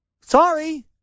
sorry